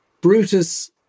Brutus